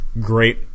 great